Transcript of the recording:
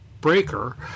breaker